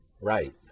right